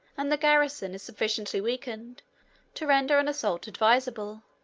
and the garrison is sufficiently weakened to render an assault advisable.